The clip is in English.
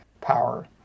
power